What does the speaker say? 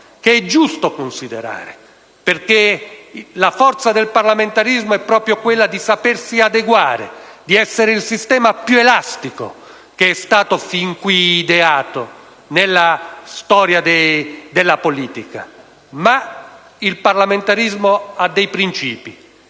che è giusto considerare perché la forza del parlamentarismo è proprio quella di sapersi adeguare, di essere il sistema più elastico che è stato fin qui ideato nella storia della politica. Ma il parlamentarismo ha alcuni principi